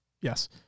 Yes